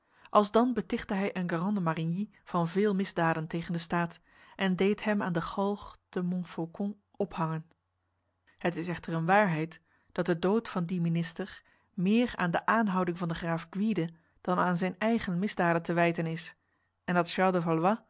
alsdan betichtte hij enguerrand de marigny van veel misdaden tegen de staat en deed hem aan de galg te montfaucon ophangen het is echter een waarheid dat de dood van die minister meer aan de aanhouding van de graaf gwyde dan aan zijn eigen misdaden te wijten is en dat